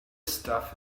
stuff